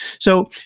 so,